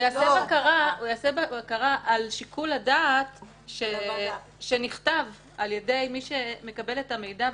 הוא יעשה בקרה על שיקול הדעת של מי שמקבל את המידע,